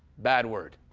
bad word.